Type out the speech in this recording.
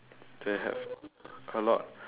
do they have a lot